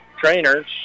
trainers